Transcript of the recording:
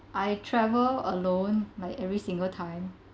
I travel alone like every single time